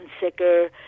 sicker